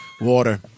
Water